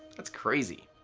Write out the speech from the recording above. that's crazy.